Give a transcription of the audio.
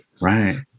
right